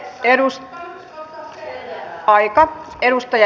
arvoisa rouva puhemies